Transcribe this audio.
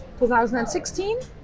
2016